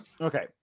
Okay